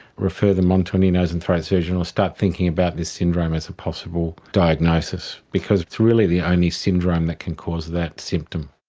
refer them on to an ear, nose and throat surgeon or start thinking about this syndrome as a possible diagnosis, because it's really the only syndrome that can cause that symptom.